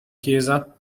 chiesa